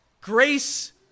grace